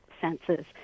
senses